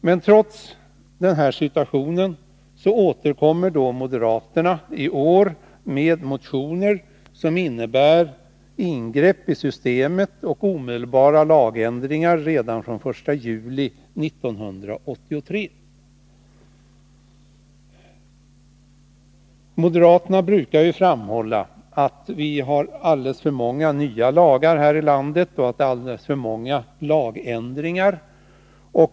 Men trots detta återkommer moderaterna i år med motioner i frågan. Förslagen innebär ingrepp i systemet och omedelbara lagändringar redan från den 1 juli 1983. Moderaterna brukar ju framhålla att vi har alldeles för många nya lagar här i landet och att det gjorts alldeles för många lagändringar.